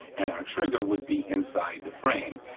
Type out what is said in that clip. and our trigger would be inside the frame,